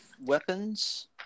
weapons